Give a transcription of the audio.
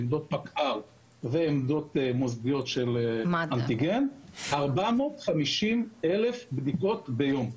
עמדות פקע"ר ועמדות מוסדיות של אנטיגן - 450 אלף בדיקות ביום.